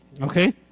Okay